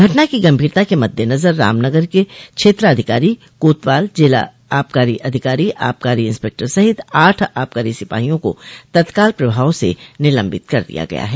घटना की गंभीरता के मददेनजर रामनगर क क्षेत्राधिकारी कोतवाल जिला आबकारी अधिकारी आबकारी इंस्पेक्टर सहित आठ आबकारी सिपाहियों को तत्काल प्रभाव से निलम्बित कर दिया गया है